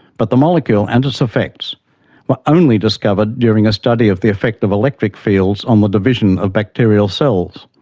but the molecule and its effects were only discovered during a study of the effect of electric fields on the division of bacterial cells.